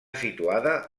situada